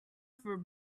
for